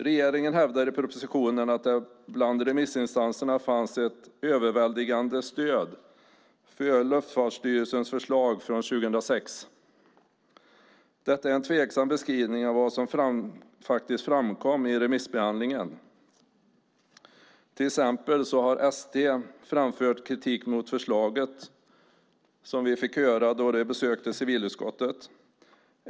Regeringen hävdar i propositionen att det bland remissinstanserna fanns ett överväldigande stöd för Luftfartsstyrelsens förslag från 2006. Detta är en tveksam beskrivning av vad som faktiskt framkom i remissbehandlingen. Till exempel har ST framfört kritik mot förslaget då de besökte civilutskottet.